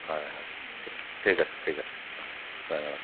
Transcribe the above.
হয় হয় ঠিক ঠিক আছে ঠিক আছে অঁ ধন্যবাদ